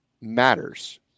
matters